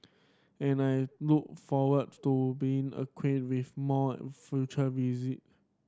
and I look forward to being acquainted with more on future visit